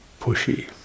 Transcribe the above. pushy